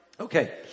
Okay